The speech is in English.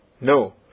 no